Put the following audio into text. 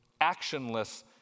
actionless